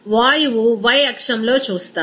వాయువు y అక్షం లోచూస్తారు